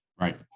Right